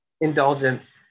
indulgence